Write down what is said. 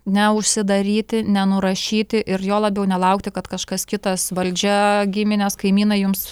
neužsidaryti nenurašyti ir juo labiau nelaukti kad kažkas kitas valdžia giminės kaimynai jums